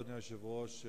אדוני היושב-ראש,